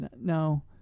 No